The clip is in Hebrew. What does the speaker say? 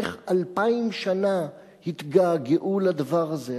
איך אלפיים שנה התגעגעו לדבר הזה.